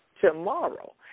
tomorrow